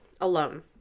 alone